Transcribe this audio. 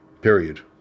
Period